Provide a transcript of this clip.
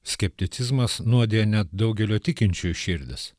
skepticizmas nuodija net daugelio tikinčiųjų širdis